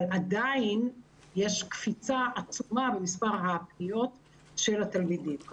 עדיין יש קפיצה עצומה במספר הפניות של התלמידים.